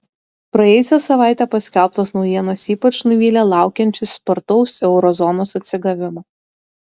praėjusią savaitę paskelbtos naujienos ypač nuvylė laukiančius spartaus euro zonos atsigavimo